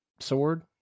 Sword